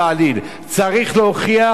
וצריך שכל מי שלא פליט,